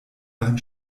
beim